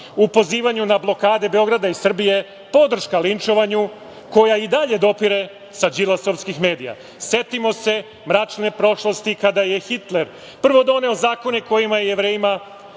u pozivanju na blokade Beograda i Srbije, podrška linčovanju koja i dalje dopire sa Đilasovskih medija. Setimo se mračne prošlosti kada je Hitler prvo doneo zakone kojima je Jevrejima